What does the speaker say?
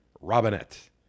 Robinette